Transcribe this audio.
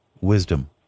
wisdom